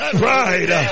pride